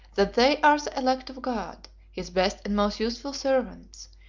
that they are the elect of god, his best and most useful servants,